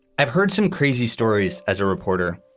i've heard some crazy stories as a reporter,